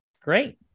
Great